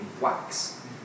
wax